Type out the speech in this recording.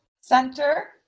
center